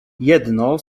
jedno